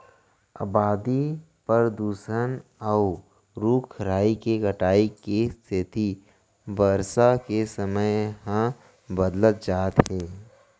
अबादी, परदूसन, अउ रूख राई के कटाई के सेती बरसा के समे ह बदलत जात हे